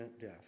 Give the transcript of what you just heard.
death